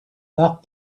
that